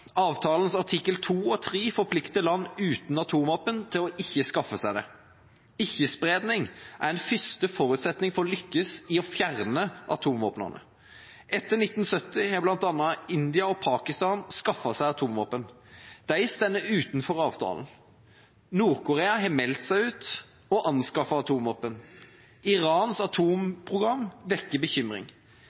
Avtalens artikler 2 og 3 forplikter land uten atomvåpen til ikke å skaffe seg det. Ikke-spredning er en første forutsetning for å lykkes i å fjerne atomvåpnene. Etter 1970 har bl.a. India og Pakistan skaffet seg atomvåpen. De står utenfor avtalen. Nord-Korea har meldt seg ut – og anskaffet atomvåpen. Irans atomprogram vekker bekymring.